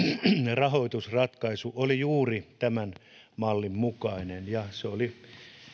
rahoitusratkaisu oli juuri tämän mallin mukainen ja se oli